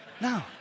no